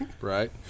right